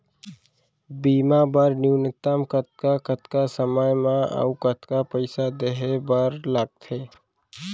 बीमा बर न्यूनतम कतका कतका समय मा अऊ कतका पइसा देहे बर लगथे